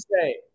say